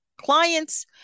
clients